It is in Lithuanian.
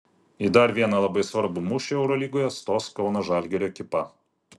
į dar vieną labai svarbų mūšį eurolygoje stos kauno žalgirio ekipa